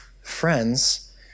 friends